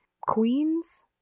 queens